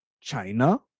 China